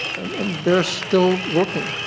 and they are still working.